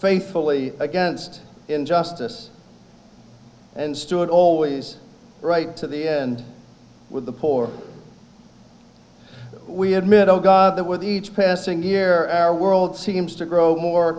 faithfully against injustice and stood always right to the end with the poor we had middle god there with each passing year our world seems to grow more